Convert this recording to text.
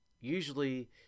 usually